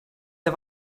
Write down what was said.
der